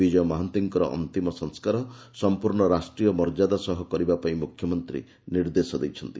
ବିକୟ ମହାନ୍ତିଙ୍କର ଅନ୍ତିମ ସଂସ୍କାର ସଂପ୍ରର୍ଶ୍ଡ ରାଷ୍ଟ୍ରୀୟ ମର୍ଯ୍ୟାଦା ସହ କରିବା ପାଇଁ ମୁଖ୍ୟମନ୍ତୀ ନିର୍ଦ୍ଦେଶ ଦେଇଛନ୍ତି